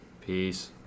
Peace